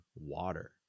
water